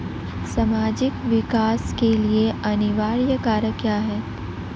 सामाजिक विकास के लिए अनिवार्य कारक क्या है?